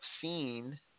seen